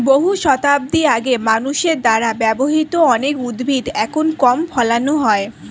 বহু শতাব্দী আগে মানুষের দ্বারা ব্যবহৃত অনেক উদ্ভিদ এখন কম ফলানো হয়